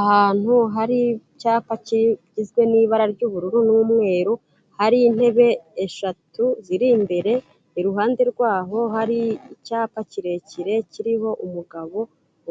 Ahantu hari icyapa kigizwe n'ibara ry'ubururu n'umweru, hari intebe eshatu ziri imbere, iruhande rwaho hari icyapa kirekire kiriho umugabo